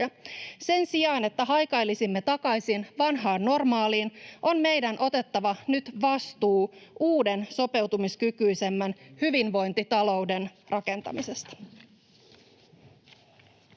Sen sijaan, että haikailisimme takaisin vanhaan normaaliin, on meidän otettava nyt vastuu uuden sopeutumiskykyisemmän hyvinvointitalouden rakentamisesta.